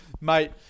Mate